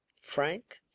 frank